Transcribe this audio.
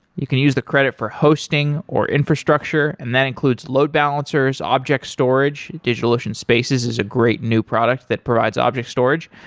you can use the credit for hosting, or infrastructure, and that includes load balancers, object storage. digitalocean spaces is a great new product that provides object storage,